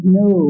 no